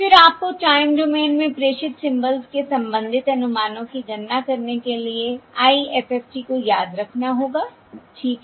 फिर आपको time domain में प्रेषित सिंबल्स के संबंधित अनुमानों की गणना करने के लिए IFFT को याद रखना होगा ठीक है